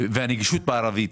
הנגישות בערבית?